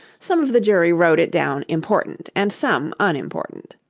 some of the jury wrote it down important, and some unimportant.